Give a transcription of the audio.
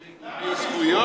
מה אתה מקשקש, זה ארגוני זכויות?